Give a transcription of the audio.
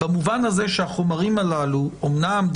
אומנם,